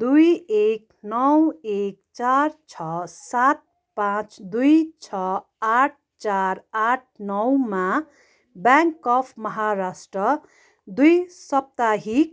दुई एक नौ एक चार छ सात पाँच दुई छ आठ चार आठ नौमा ब्याङ्क अफ् महाराष्ट्र द्विसाप्ताहिक